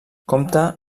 compta